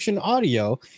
audio